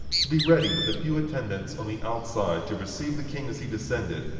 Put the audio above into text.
to be ready with a few attendants on the outside to receive the king as he descended,